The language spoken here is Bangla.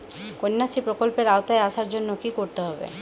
কন্যাশ্রী প্রকল্পের আওতায় আসার জন্য কী করতে হবে?